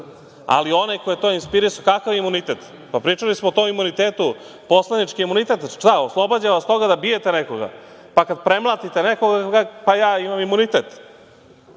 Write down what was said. Ali, onaj koji je to inspirisao, kakav imunitet? Pričali smo o tom imunitetu. Poslanički imunitet, šta, oslobađa vas toga da bijete nekoga. Pa kada premlatite nekoga, pa ja imam imunitet.I